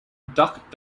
duck